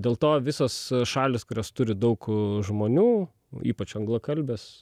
dėl to visos šalys kurios turi daug a žmonių ypač anglakalbės